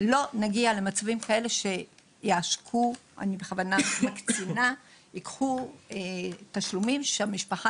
לא רוצה שחס וחלילה יקרו עוד מקרים כפי שקרו אצל משפחת